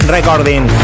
Recording